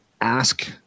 ask